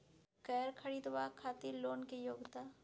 कैर खरीदवाक खातिर लोन के योग्यता?